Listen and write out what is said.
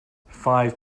five